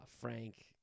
Frank